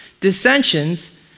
dissensions